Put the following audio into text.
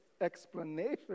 explanation